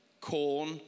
corn